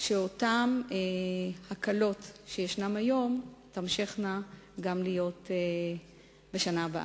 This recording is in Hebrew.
שאותן הקלות שישנן היום תימשכנה גם בשנה הבאה.